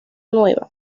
nueva